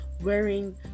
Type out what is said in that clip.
wearing